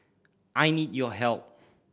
I need your help